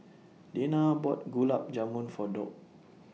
Dina bought Gulab Jamun For Doug